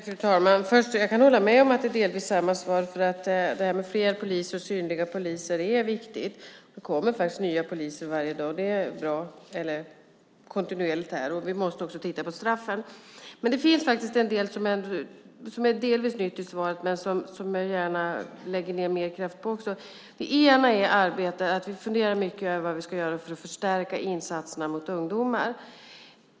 Fru talman! Först kan jag hålla med om att det delvis är samma svar, för fler poliser och synliga poliser är viktigt. Det kommer faktiskt nya poliser kontinuerligt. Vi måste också titta på straffen. Det finns ändå en del som är delvis nytt i svaret och som jag gärna lägger ned mer kraft på. Bland annat funderar vi mycket över vad vi ska göra för att förstärka insatserna mot ungdomsrånen.